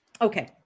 Okay